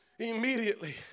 immediately